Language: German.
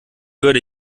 würde